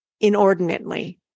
inordinately